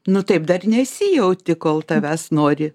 nu taip dar nesijauti kol tavęs nori